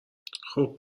خوب